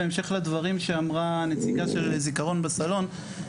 שמדבר על השיח של המורות על קניון זלוטי; על מה אנחנו נקנה בסוף המסע.